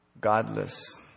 godless